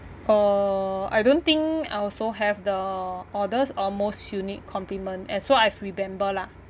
uh I don't think I also have the oddest or most unique compliment as so I've remember lah